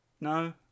No